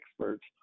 experts